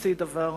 וחצי דבר.